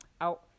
out